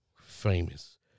famous